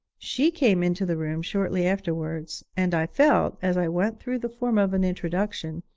she came into the room shortly afterwards, and i felt, as i went through the form of an introduction,